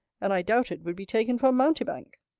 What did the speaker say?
and i doubted would be taken for a mountebank.